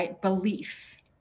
belief